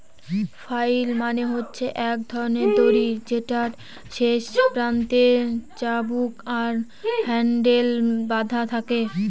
flail মানে হচ্ছে এক ধরনের দড়ি যেটার শেষ প্রান্তে চাবুক আর হ্যান্ডেল বাধা থাকে